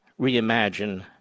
reimagine